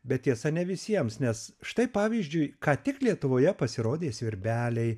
bet tiesa ne visiems nes štai pavyzdžiui ką tik lietuvoje pasirodė svirbeliai